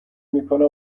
میکنه